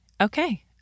okay